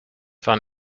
van